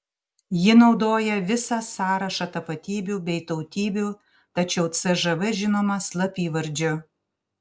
ji naudoja visą sąrašą tapatybių bei tautybių tačiau cžv žinoma slapyvardžiu